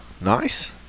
Nice